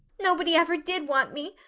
nobody ever did want me.